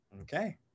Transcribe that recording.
Okay